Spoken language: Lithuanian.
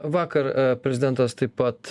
vakar prezidentas taip pat